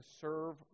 serve